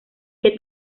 que